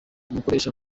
umukoresha